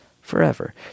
forever